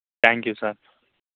thank you sir